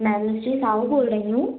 मैं अनुश्री साहू बोल रही हूँ